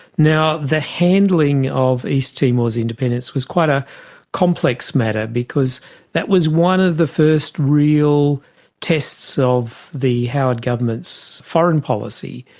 now, the handling of east timor's independence was quite a complex matter because that was one of the first real tests of the howard government's foreign policy.